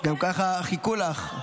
גם ככה חיכו לך.